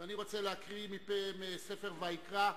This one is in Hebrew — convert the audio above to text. אני רוצה להקריא מספר ויקרא,